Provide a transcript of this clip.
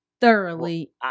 thoroughly